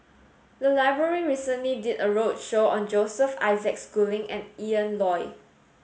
the library recently did a roadshow on Joseph Isaac Schooling and Ian Loy